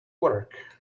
work